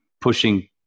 pushing